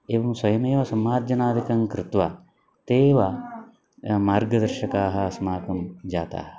एवं स्वयमेव सम्मार्जनादिकं कृत्वा ते एव मार्गदर्शकाः अस्माकं जाताः